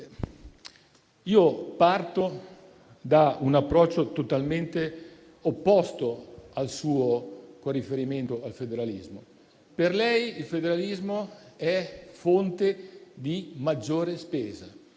io parto da un approccio totalmente opposto al suo con riferimento al federalismo. Per lei il federalismo è fonte di maggiore spesa.